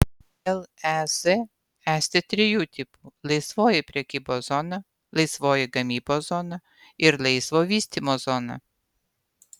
lez esti trijų tipų laisvoji prekybos zona laisvoji gamybos zona ir laisvo vystymo zona